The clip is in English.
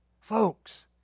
folks